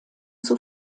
zur